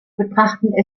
betrachten